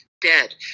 dead